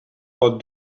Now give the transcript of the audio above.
pot